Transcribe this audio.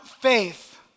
faith